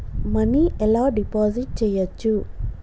Money ఎలా deposit చేయచ్చు?